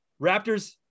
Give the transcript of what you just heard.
Raptors